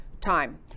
time